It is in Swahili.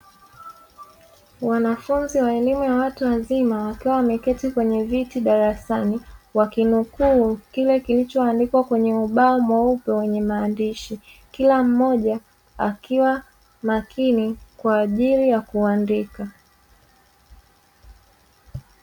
Wanafunzi wa elimu ya watu wazima, wakiwa wameketi kwenye viti darasani, wakinukuu kile kilichoandikwa kwenye ubao mweupe wenye maandishi, kila mmoja akiwa makini kwa ajili ya kuandika.